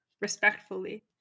respectfully